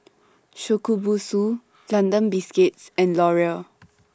Shokubutsu London Biscuits and Laurier